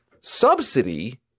subsidy